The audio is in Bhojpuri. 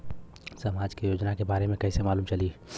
समाज के योजना के बारे में कैसे मालूम चली?